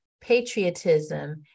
patriotism